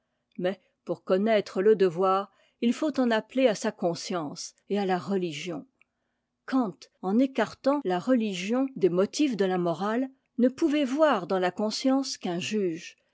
mais pour connaître le devoir il faut en appeler à sa conscience et à la religion kant en écartant la religion des motifs de la morale ne pouvait voir dans la conscience qu'un juge